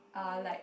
uh like